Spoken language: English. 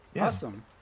Awesome